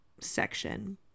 Section